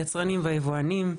היצרנים והיבואנים,